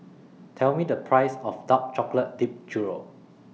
Tell Me The Price of Dark Chocolate Dipped Churro